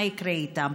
מה יקרה איתם?